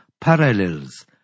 parallels